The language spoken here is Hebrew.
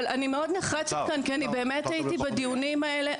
אני מאוד נחרצת כי אני הייתי בדיונים האלה,